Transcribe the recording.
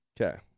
Okay